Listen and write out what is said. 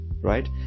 right